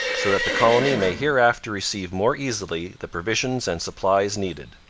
so that the colony may hereafter receive more easily the provisions and supplies needed.